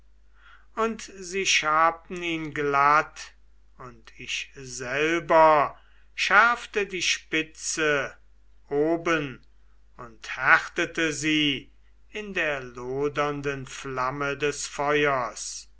und sie schabten ihn glatt ich selber schärfte die spitze oben und härtete sie in der lodernden flamme des feuers